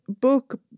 book